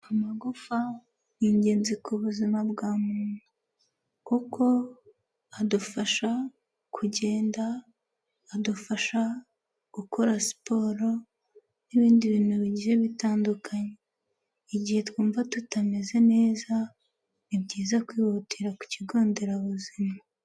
Amagufa ni ingenzi ku buzima bwa muntu, kuko adufasha kugenda, adufasha gukora siporo n'ibindi bintu bigiye bitandukanye, igihe twumva tutameze neza ni byiza kwihutira ku kigonderabuzima.